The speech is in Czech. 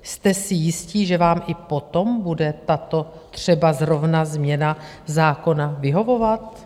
Jste si jistí, že vám i potom bude tato třeba zrovna změna zákona vyhovovat?